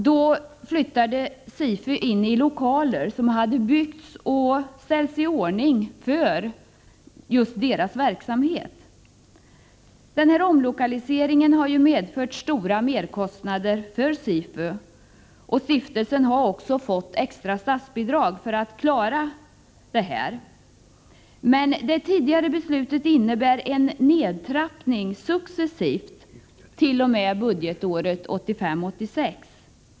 Då flyttade SIFU in i lokaler som hade byggts och ställts i ordning för just SIFU:s verksamhet. Omlokaliseringen har medfört stora merkostnader för SIFU, och stiftelsen har också fått extra statsbidrag för att klara problemen. Det tidigare beslutet innebar en nedtrappning successivt t.o.m. budgetåret 1985/86.